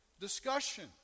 discussion